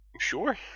Sure